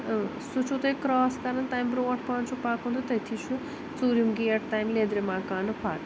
ٲں سُہ چھُو تۄہہِ کرٛاس کَرَن تَمہِ برٛۄنٛٹھ پہَن چھُو پَکُن تہٕ تٔتی چھُ ژوٗرِم گیٹ تَمہِ لیٚدرِ مکانُک پتہٕ